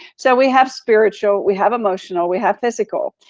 so we have spiritual, we have emotional, we have physical.